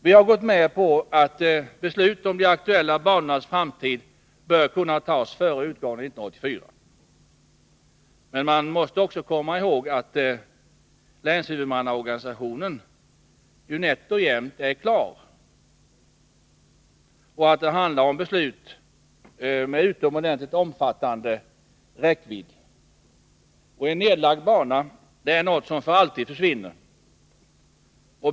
Vi har gått med på att beslut om de aktuella banornas framtid bör kunna fattas före utgången av 1984. Men man måste också komma ihåg att länshuvudmannaorganisationen ju nätt och jämnt är kvar och att det handlar om beslut med utomordentligt stor räckvidd. En nedlagd bana är något som för alltid försvinner.